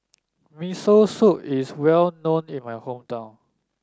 Miso Soup is well known in my hometown